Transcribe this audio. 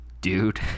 Dude